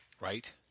right